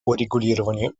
урегулированию